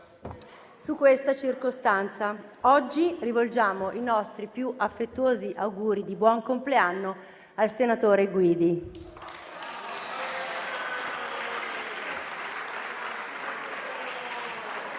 su questa circostanza: oggi rivolgiamo i nostri più affettuosi auguri di buon compleanno al senatore Guidi.